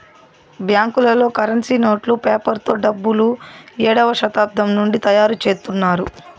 బ్యాంకులలో కరెన్సీ నోట్లు పేపర్ తో డబ్బులు ఏడవ శతాబ్దం నుండి తయారుచేత్తున్నారు